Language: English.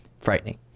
Frightening